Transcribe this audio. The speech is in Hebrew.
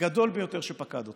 הגדול ביותר שפקד אותו.